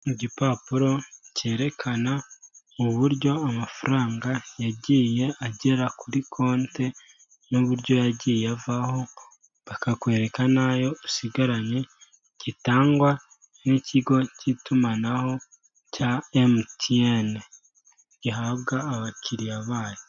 Igipapuro cyerekana uburyo amafaranga yagiye agera kuri konti n'uburyo yagiye avaho, bakakwereka n'ayo usigaranye, gitangwa n'ikigo cy'itumanaho cya MTN, gihabwa abakiriya bayo.